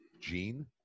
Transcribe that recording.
Gene